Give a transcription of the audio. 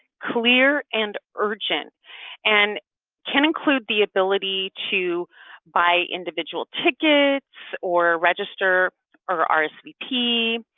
clear and urgent and can include the ability to buy individual tickets or register or um rsvp.